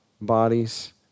bodies